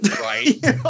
Right